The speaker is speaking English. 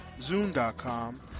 Zoom.com